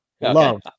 love